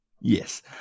Yes